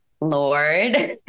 Lord